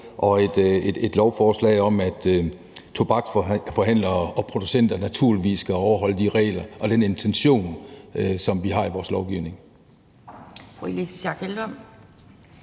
og et lovforslag om, at tobaksforhandlere og -producenter naturligvis skal overholde de regler og den intention, som vi har i vores lovgivning.